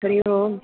Hari Om